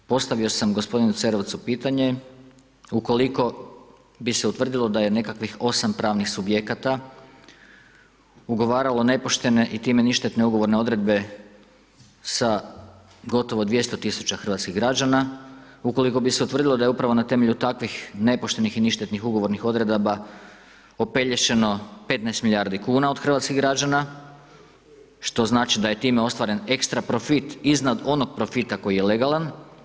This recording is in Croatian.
Postavio sam gospodinu Cerovcu pitanje ukoliko bi se utvrdilo da je nekakvih 8 pravnih subjekata ugovaralo nepoštene i time ništetne ugovorne odredbe sa gotovo 200 tisuća hrvatskih građana ukoliko bi se utvrdilo da je upravo na temelju takvih nepoštenih i ništetnih ugovornih odredaba opelješeno 15 milijardi kuna od hrvatskih građana što znači da je time ostvaren extra profit iznad onog profita koji je legalan.